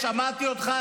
שמעתי אותך,